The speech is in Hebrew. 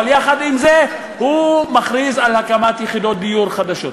אבל יחד עם זה הוא מכריז על הקמת יחידות דיור חדשות.